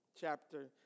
chapter